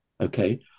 okay